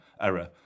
error